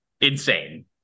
insane